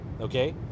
Okay